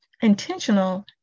intentional